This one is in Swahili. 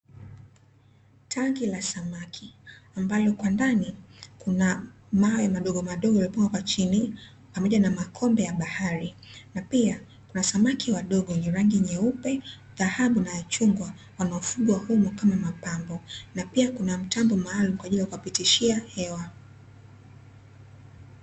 Tanki la samaki, ambalo kwa ndani kuna mawe madogomadogo yaliyopangwa kwa chini, pamoja na makombe ya bahari. Na pia kuna samaki wadogo wenye rangi nyeupe, dhahabu, na ya chungwa, wanaofugwa humo kama mapambo. Pia, kuna mtambo maalumu kwa ajili ya kuwapitishia hewa.